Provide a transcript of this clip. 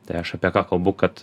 tai aš apie ką kalbu kad